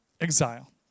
exile